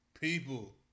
People